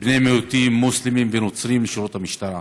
בני מיעוטים, מוסלמים ונוצרים, לשורות המשטרה.